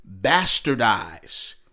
bastardize